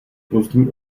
pozdní